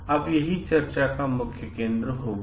यह अब चर्चा का मुख्य केंद्र होगा